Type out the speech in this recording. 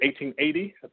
1880